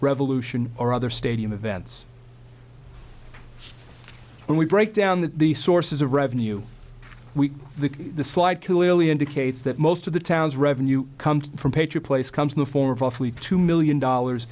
revolution or other stadium events when we break down the sources of revenue we the slide killelea indicates that most of the towns revenue comes from patriot place comes in the form of awfully two million dollars